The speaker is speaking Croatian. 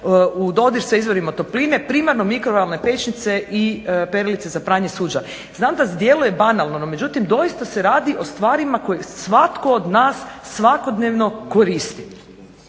u dodir sa izvorima topline primarno mikrovalne pećnice i perilice za pranje suđa. Znam da djeluje banalno no međutim doista se radi o stvarima koje svatko od nas svakodnevno koristi.